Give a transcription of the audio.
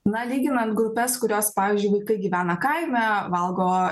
na lyginant grupes kurios pavyzdžiui vaikai gyvena kaime valgo